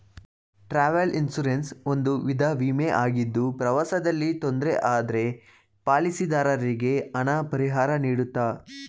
travel insurance ಒಂದು ವಿಧ ವಿಮೆ ಆಗಿದ್ದು ಪ್ರವಾಸದಲ್ಲಿ ತೊಂದ್ರೆ ಆದ್ರೆ ಪಾಲಿಸಿದಾರರಿಗೆ ಹಣ ಪರಿಹಾರನೀಡುತ್ತೆ